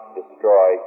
destroy